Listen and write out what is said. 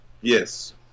Yes